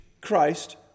Christ